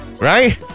right